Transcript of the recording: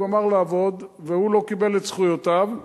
הוא גמר לעבוד והוא לא קיבל את זכויותיו,